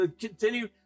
continue